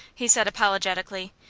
he said, apologetically.